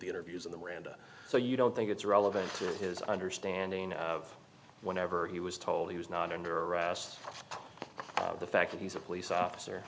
the interviews and the miranda so you don't think it's relevant to his understanding of whatever he was told he was not under arrest the fact that he's a police officer